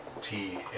tea